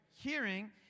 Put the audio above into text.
hearing